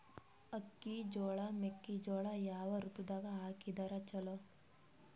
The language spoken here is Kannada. ಅಕ್ಕಿ, ಜೊಳ, ಮೆಕ್ಕಿಜೋಳ ಯಾವ ಋತುದಾಗ ಹಾಕಿದರ ಚಲೋ?